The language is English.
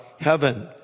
heaven